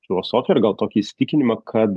filosofija ir gal tokį įsitikinimą kad